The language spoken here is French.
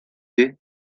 yeux